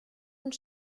und